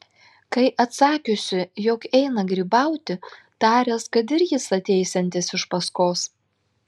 kai atsakiusi jog eina grybauti taręs kad ir jis ateisiantis iš paskos